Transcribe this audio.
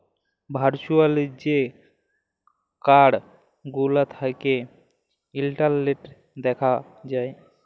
virtual যে card গুলা থ্যাকে ইলটারলেটে দ্যাখা যায়